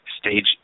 stage